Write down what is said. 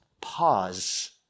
pause